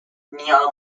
neon